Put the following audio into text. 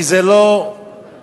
כי זה לא טוב,